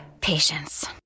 patience